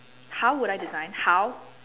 how would I design how